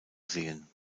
sehen